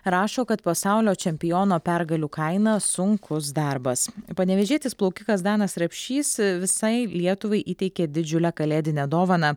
rašo kad pasaulio čempiono pergalių kaina sunkus darbas panevėžietis plaukikas danas rapšys visai lietuvai įteikė didžiulę kalėdinę dovaną